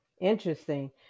Interesting